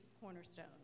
cornerstone